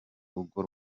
rugo